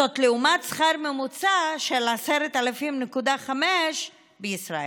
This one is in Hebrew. זאת, לעומת שכר ממוצע של 10,500 שקלים בישראל.